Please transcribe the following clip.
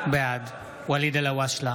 בעד ואליד אלהואשלה,